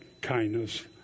kindness